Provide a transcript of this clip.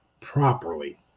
properly